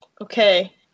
Okay